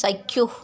চাক্ষুষ